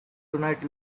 tonight